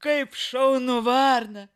kaip šaunu varna